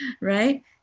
right